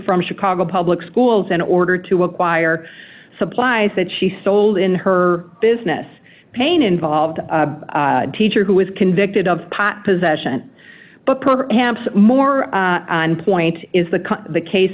from chicago public schools in order to acquire supplies that she sold in her business pain involved teacher who was convicted of pot possession but perhaps more on point is the the case